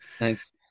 Nice